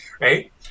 right